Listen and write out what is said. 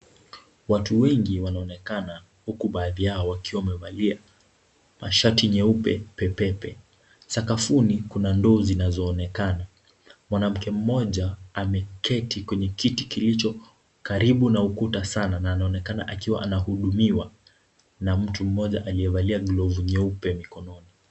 Watu wengi wanaonekana, huku baadhi yao wakiwa wamevalia mashati nyeupe pepepe. Sakafuni kuna ndoo zinazo onekana. Mwanamke mmoja ameketi kwenye kiti kilicho karibu na ukuta sana, na anaonekana akiwa anahudumiwa na mtu mmoja aliyevalia glovu nyeupe mikononi.